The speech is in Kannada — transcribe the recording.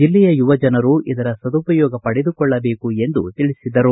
ಜಿಲ್ಲೆಯ ಯುವಜನರು ಇದರ ಸದುಪಯೋಗ ಪಡೆದುಕೊಳ್ಳಬೇಕೆಂದು ತಿಳಿಸಿದರು